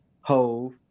hove